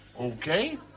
Okay